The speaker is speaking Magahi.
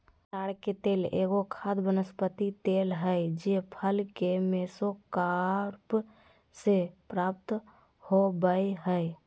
ताड़ के तेल एगो खाद्य वनस्पति तेल हइ जे फल के मेसोकार्प से प्राप्त हो बैय हइ